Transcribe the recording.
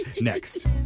next